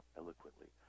eloquently